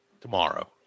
Tomorrow